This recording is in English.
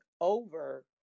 over